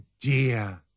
dear